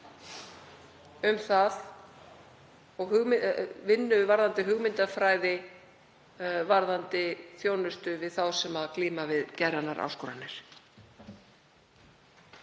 um það og vinnu varðandi hugmyndafræði um þjónustu við þá sem glíma við geðrænar áskoranir.